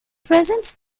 presents